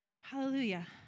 Hallelujah